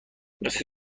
مثل